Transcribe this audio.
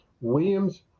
William's